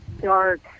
dark